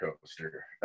coaster